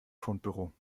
fundbüro